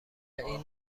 این